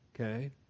Okay